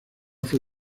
fue